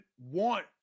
want